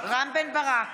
רם בן ברק,